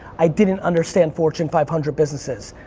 i didn't understand fortune five hundred businesses.